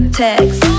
text